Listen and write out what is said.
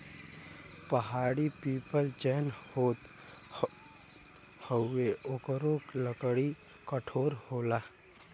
पहाड़ी पीपल जौन होत हउवे ओकरो लकड़ी कठोर होला